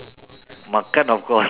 makan of course